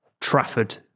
Trafford